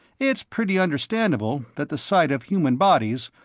it's pretty understandable that the sight of human bodies,